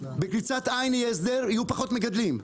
בקריצת עין יהיה הסדר ויהיו פחות מגדלים,